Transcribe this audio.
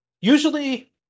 Usually